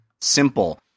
simple